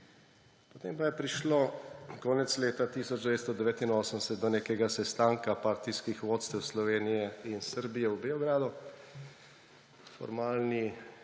Potem pa je prišlo konec leta 1989 do nekega sestanka partijskih vodstev Slovenije in Srbije v Beogradu, formalni